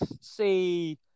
say